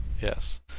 Yes